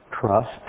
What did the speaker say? trust